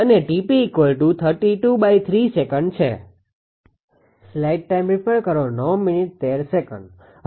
𝐾𝑝 એ છે અને 𝑇𝑝 છે